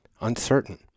uncertain